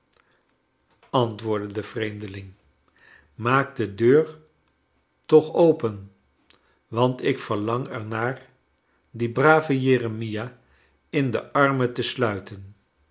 antwoordde de vreemdeling maak de deur toch open want ik verlang er naar dien braven jeremia in de armen te sluiten